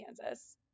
Kansas